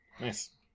Nice